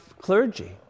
clergy